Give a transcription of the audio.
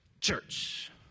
Church